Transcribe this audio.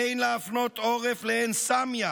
אין להפנות עורף לעין סמיה,